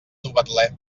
novetlè